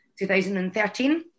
2013